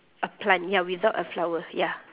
a plant ya without a flower ya